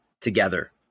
together